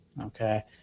okay